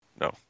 no